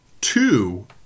Two